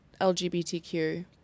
LGBTQ